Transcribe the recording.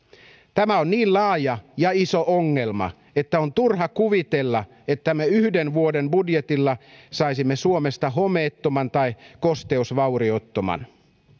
tämä on niin laaja ja iso ongelma että on turha kuvitella että me yhden vuoden budjetilla saisimme suomesta homeettoman tai kosteusvauriottoman